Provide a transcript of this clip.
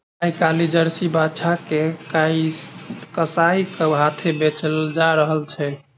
आइ काल्हि जर्सी बाछा के कसाइक हाथेँ बेचल जा रहल छै